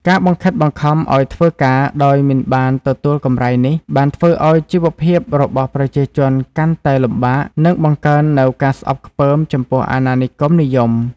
ការបង្ខិតបង្ខំឱ្យធ្វើការដោយមិនបានទទួលកម្រៃនេះ បានធ្វើឱ្យជីវភាពរបស់ប្រជាជនកាន់តែលំបាក និងបង្កើននូវការស្អប់ខ្ពើមចំពោះអាណានិគមនិយម។